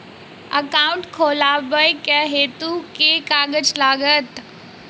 Account खोलाबक हेतु केँ कागज लागत?